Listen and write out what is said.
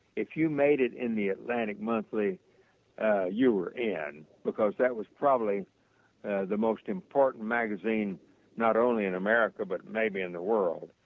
if you made it in the atlantic monthly ah you are in because that was probably the most important magazine not only in america but maybe in the world.